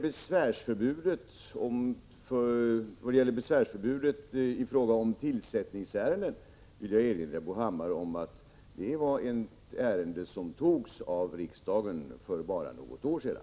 Beträffade besvärsförbudet i fråga om tillsättningsärenden vill jag erinra Bo Hammar om att det är ett beslut som fattades av riksdagen för bara något år sedan.